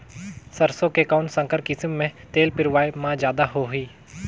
सरसो के कौन संकर किसम मे तेल पेरावाय म जादा होही?